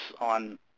on